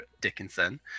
Dickinson